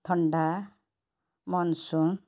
ଥଣ୍ଡା ମନସୂନ୍